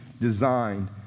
designed